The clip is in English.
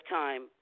time